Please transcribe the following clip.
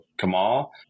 Kamal